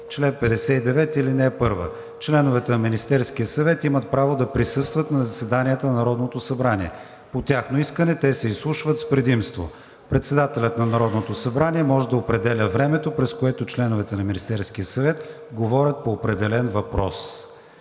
„Членовете на Министерския съвет имат право да присъстват на заседанията на Народното събрание. По тяхно искане те се изслушват с предимство. Председателят на Народното събрание може да определя времето, през което членовете на Министерския съвет говорят по определен въпрос.“